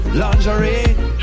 lingerie